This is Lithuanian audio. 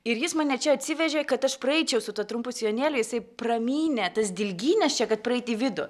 ir jis mane čia atsivežė kad aš praeičiau su tuo trumpu sijonėliu jisai pramynė tas dilgynes čia kad praeiti į vidų